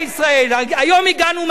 היום הגענו מהמאדים.